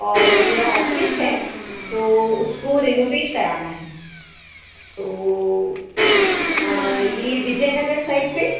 और मेरा ऑफ़िस है तो उसको रिनोविट कराना है तो ये विजय नगर साईट पर